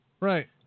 right